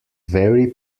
very